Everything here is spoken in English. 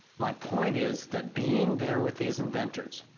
my point is, that being there with these inventors,